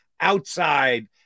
outside